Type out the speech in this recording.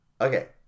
Okay